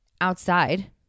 outside